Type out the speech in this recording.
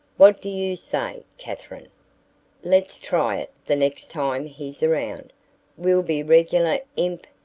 what do you say, katherine let's try it the next time he's around we'll be regular imp,